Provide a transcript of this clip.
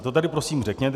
To tady prosím řekněte.